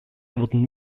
wurden